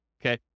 okay